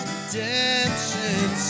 Redemption